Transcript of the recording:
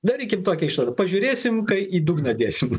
darykim tokią išvadą pažiūrėsim kai į dugną dėsim